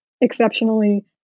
exceptionally